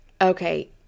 okay